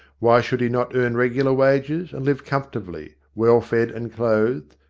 why should he not earn regular wages, and live comfortably, well fed and clothed,